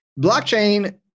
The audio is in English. blockchain